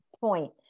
point